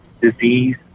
disease